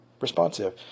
responsive